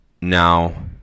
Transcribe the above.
Now